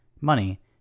money